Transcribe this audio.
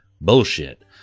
bullshit